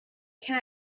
can